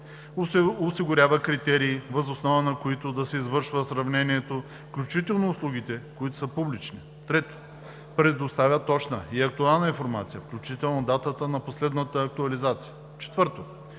осигурява критерии, въз основа на които да се извършва сравнението, включително услугите, които са публични; 3. предоставя точна и актуална информация, включително датата на последната актуализация; 4.